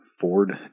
Ford